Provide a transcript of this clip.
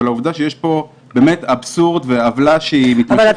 ולעובדה שיש פה באמת אבסורד ועוולה שהיא מתמשכת למרות שהיא